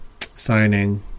signing